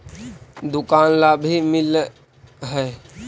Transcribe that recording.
दुकान ला भी मिलहै?